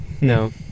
no